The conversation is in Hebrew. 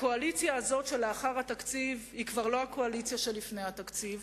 הקואליציה הזאת של לאחר התקציב היא כבר לא הקואליציה של לפני התקציב,